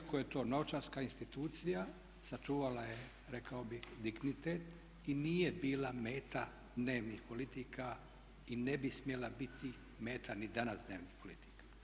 Iako je to novčarska institucija sačuvala je rekao bih dignitet i nije bila meta dnevnih politika i ne bi smjela biti meta ni danas dnevnih politika.